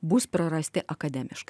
bus prarasti akademiškai